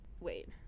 Wait